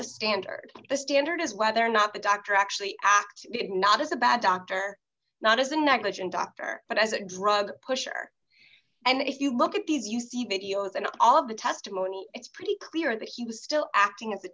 the standard the standard is whether or not the doctor actually acted not as a bad doctor not as a negligent doctor but as a drug pusher and if you look at these you see videos and all of the testimony it's pretty clear that he was still acting a